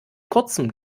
kurzem